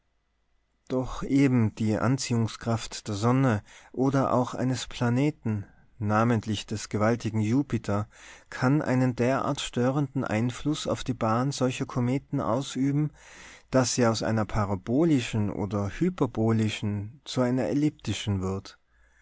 doch eben die anziehungskraft der sonne oder auch eines planeten namentlich des gewaltigen jupiter kann einen derart störenden einfluß auf die bahn solcher kometen ausüben daß sie aus einer parabolischen oder hyperbolischen zu einer elliptischen wird